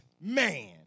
man